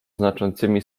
znaczącymi